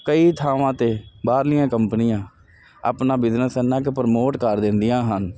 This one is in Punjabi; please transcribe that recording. ਕਈ ਥਾਵਾਂ ਤੇ ਬਾਹਰਲੀਆਂ ਕੰਪਨੀਆਂ ਆਪਣਾ ਬਿਜਨਸ ਐਨਾ ਕ ਪ੍ਰਮੋਟ ਕਰ ਦਿੰਦੀਆਂ ਹਨ